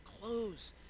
clothes